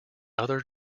other